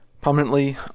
prominently